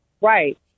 right